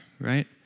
right